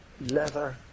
leather